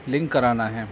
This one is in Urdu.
لنک کرانا ہے